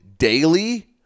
Daily